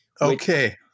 Okay